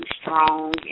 strong